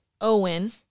Owen